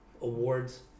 awards